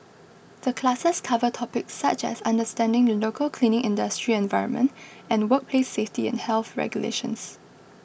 the classes cover topics such as understanding the local cleaning industry environment and workplace safety and health regulations